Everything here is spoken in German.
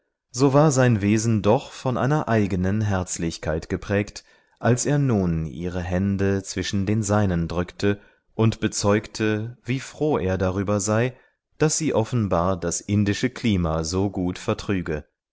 so war sein wesen doch von einer eigenen herzlichkeit geprägt als er nun ihre hände zwischen den seinen drückte und bezeugte wie froh er darüber sei daß sie offenbar das indische klima so gut vertrüge